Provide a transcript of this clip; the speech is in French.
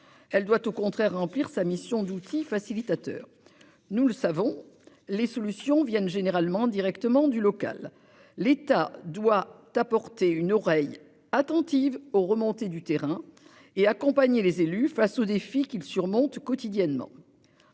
Elle doit au contraire remplir sa mission d'outil facilitateur. Nous le savons les solutions viennent généralement directement du local, l'État doit t'apporter une oreille attentive aux remontées du terrain et accompagner les élus face aux défis qu'ils surmontent quotidiennement.